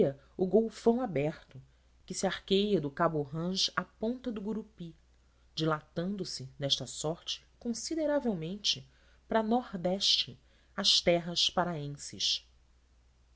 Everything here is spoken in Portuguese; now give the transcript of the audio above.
o golfão aberto que se arqueia do cabo orange à ponta do gurupi dilatando-se desta sorte consideravelmente para nordeste as terras paraenses